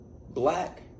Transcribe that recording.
black